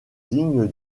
digne